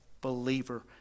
believer